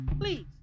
please